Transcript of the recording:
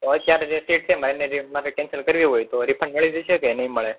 તો અત્યારે જે સીટ છે મારે એને જે મારે કેન્સલ કરવી હોય તો રિફંડ મળી જશે કે નહીં મળે